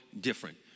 different